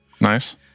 Nice